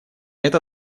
это